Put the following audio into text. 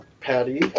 patty